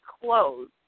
close